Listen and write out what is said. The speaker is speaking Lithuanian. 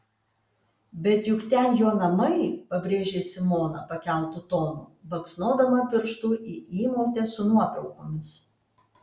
bet juk ten jo namai pabrėžė simona pakeltu tonu baksnodama pirštu į įmautę su nuotraukomis